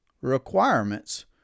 requirements